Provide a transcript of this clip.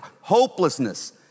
hopelessness